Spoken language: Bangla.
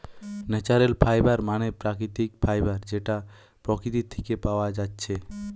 ন্যাচারাল ফাইবার মানে প্রাকৃতিক ফাইবার যেটা প্রকৃতি থিকে পায়া যাচ্ছে